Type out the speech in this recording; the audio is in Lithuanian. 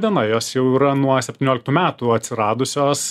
diena jos jau yra nuo septynioliktų metų atsiradusios